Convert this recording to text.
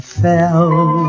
fell